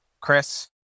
Chris